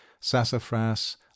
sassafras